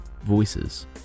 Voices